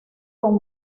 con